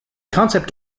concept